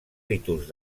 ritus